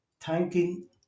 thanking